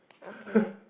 okay